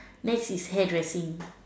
next is hairdressing